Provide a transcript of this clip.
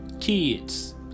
kids